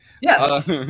Yes